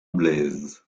blaise